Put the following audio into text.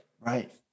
Right